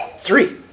Three